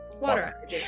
Water